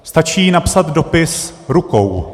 Stačí napsat dopis rukou.